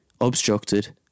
obstructed